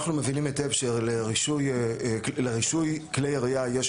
אנחנו מבינים היטב שלרישוי כלי ירייה יש